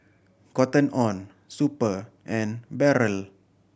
Cotton On Super and Barrel